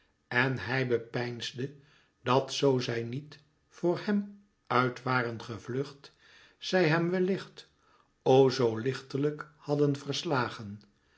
en hij bepeinsde dat zoo zij niet vor hem uit waren gevlucht zij hem wellicht o zoo lichtelijk hadden verslagen